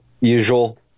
usual